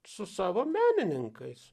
su savo menininkais